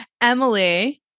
Emily